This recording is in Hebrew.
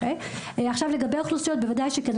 לגבי אוכלוסיות, בוודאי שכן.